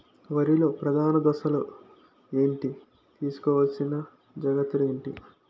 వరిలో ప్రధాన దశలు ఏంటి? తీసుకోవాల్సిన జాగ్రత్తలు ఏంటి?